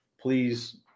please